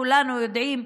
כולנו יודעים,